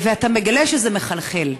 ואתה מגלה שזה מחלחל,